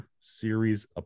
Series